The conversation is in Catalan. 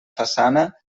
façana